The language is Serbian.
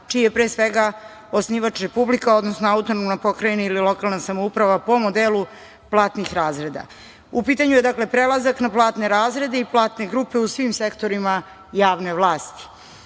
čiji je, pre svega, osnivač Republika, odnosno AP ili lokalna samouprava po modelu platnih razreda. U pitanju je, dakle, prelazak na platne razrede i platne grupe u svim sektorima javne